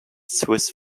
swiss